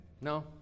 no